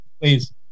Please